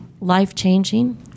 life-changing